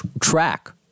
track